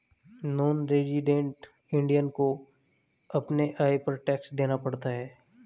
non resident Indian को अपने आय पर टैक्स देना पड़ता है